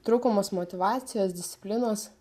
trūkumas motyvacijos disciplinos